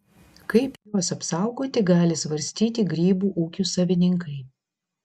kaip juos apsaugoti gali svarstyti grybų ūkių savininkai